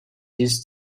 his